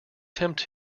tempt